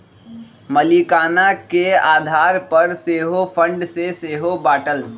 मलीकाना के आधार पर सेहो फंड के सेहो बाटल